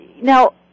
Now